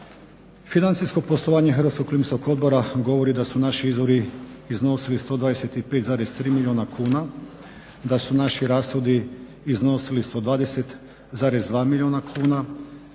Financijsko poslovanje HOO-a govori da su naši prihodi iznosili 125,3 milijuna kuna, da su naši rashodi iznosili 120,2 milijuna kuna